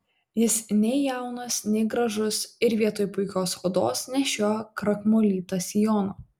jis nei jaunas nei gražus ir vietoj puikios odos nešioja krakmolytą sijoną